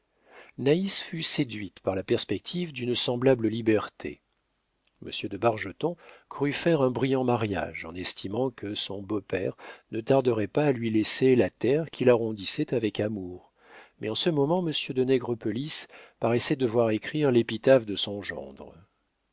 naïs fut séduite par la perspective d'une semblable liberté monsieur de bargeton crut faire un brillant mariage en estimant que son beau-père ne tarderait pas à lui laisser la terre qu'il arrondissait avec amour mais en ce moment monsieur de nègrepelisse paraissait devoir écrire l'épitaphe de son gendre